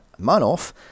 Manoff